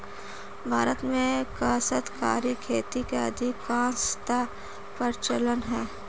भारत में काश्तकारी खेती का अधिकांशतः प्रचलन है